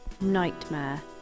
nightmare